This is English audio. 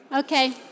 Okay